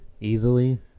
Easily